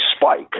spike